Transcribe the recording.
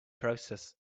process